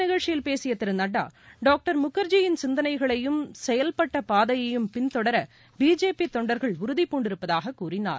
நிகழ்ச்சியில் பேசிய திரு நட்டா டாக்டர் ம்முகர்ஜியிள் சிந்தனைகளையும் செயல்பட்ட இந்த பாதையையும் பின்தொடர பிஜேபி தொண்டர்கள் உறுதி பூண்டிருப்பதாக கூறினார்